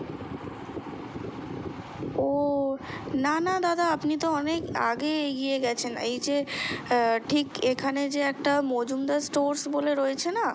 ও না না দাদা আপনি তো অনেক আগে এগিয়ে গেছেন এই যে ঠিক এখানে যে একটা মজুমদার স্টোর্স বলে রয়েছে না